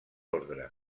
ordre